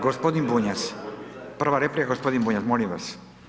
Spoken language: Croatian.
Gospodin Bunjac, prva replika gospodin Bunjac, molim vas.